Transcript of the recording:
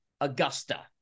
Augusta